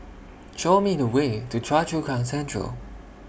Show Me The Way to Choa Chu Kang Central